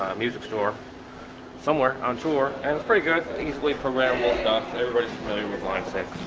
music store somewhere on tour and it's pretty good easily for werewolf stuff everybody's familiar with mindset